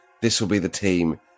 this-will-be-the-team